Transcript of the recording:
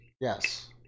Yes